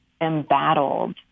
embattled